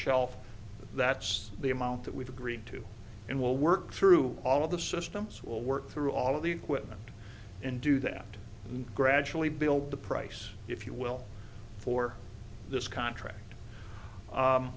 shelf that's the amount that we've agreed to and we'll work through all of the systems will work through all of the equipment and do that and gradually build the price if you will for this contract